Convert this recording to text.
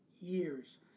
years